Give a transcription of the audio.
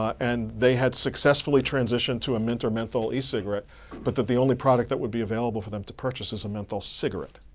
and they had successfully transitioned to a mint or menthol e-cigarette, but that the only product that would be available for them to purchase is a menthol cigarette.